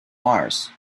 mars